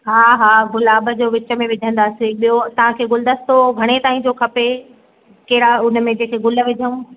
हा हा गुलाब जो विच में विझंदासीं ॿियों तव्हांखे गुलदस्तो घणे ताईं जो खपे कहिड़ा हुन में जेके गुल विझूं